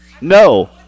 No